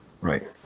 Right